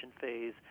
phase